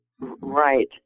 Right